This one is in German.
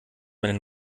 meine